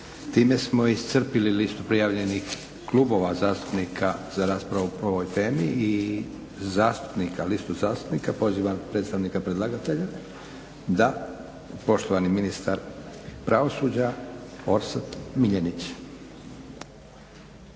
Time smo iscrpili listu prijavljenih klubova zastupnika za raspravu po ovoj temi i listu zastupnika. Pozivam predstavnika predlagatelja. Poštovani ministar pravosuđa Orsat Miljenić.